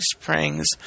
Springs